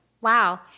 Wow